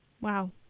Wow